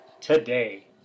today